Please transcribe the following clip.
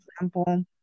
example